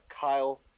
Kyle